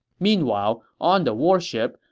meanwhile, on the warship,